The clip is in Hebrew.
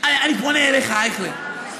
אני פונה אליך, אייכלר.